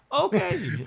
okay